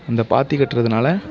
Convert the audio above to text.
அந்த பாத்தி கட்டுறதுனால